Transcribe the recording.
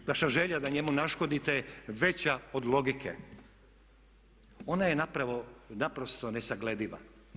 Vaša želja da njemu naškodite je veća od logike, ona je naprosto nesaglediva.